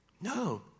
No